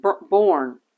born